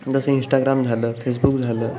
जसं इन्श्टाग्राम झालं फेसबुक झालं